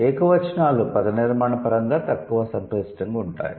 ఏకవచనాలు పదనిర్మాణపరంగా తక్కువ సంక్లిష్టంగా ఉంటాయి